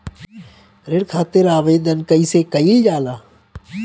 ऋण खातिर आवेदन कैसे कयील जाला?